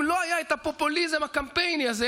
אם לא היה את הפופוליזם הקמפייני הזה,